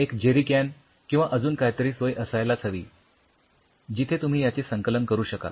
एक जेरीकॅन किंवा अजून काहीतरी सोय असायलाच हवी जिथे तुम्ही याचे संकलन करू शकाल